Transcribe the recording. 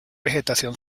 vegetación